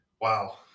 Wow